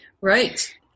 right